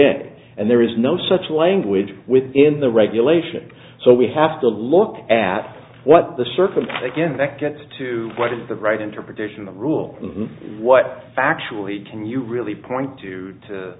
a and there is no such language within the regulations so we have to look at what the circle again that gets to what is the right interpretation of the rule and what factually can you really point to to